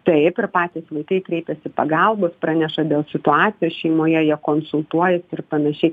taip ir patys vaikai kreipiasi pagalbos praneša dėl situacijos šeimoje jie konsultuojasi ir panašiai